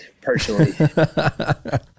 personally